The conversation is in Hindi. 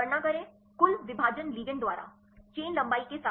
गणना करें कुल विभाजन लिगैंड द्वारा चेन लंबाई के साथ